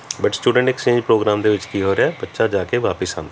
but student exchange program ਦੇ ਵਿੱਚ ਕੀ ਹੋ ਰਿਹਾ ਬੱਚਾ ਜਾ ਕੇ ਵਾਪਸ ਆਉਂਦਾ